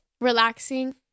relaxing